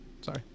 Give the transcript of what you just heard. Sorry